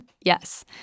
Yes